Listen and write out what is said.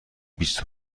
بیست